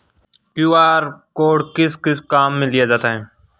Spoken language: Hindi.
क्यू.आर कोड किस किस काम में लिया जाता है?